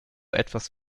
etwas